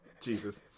Jesus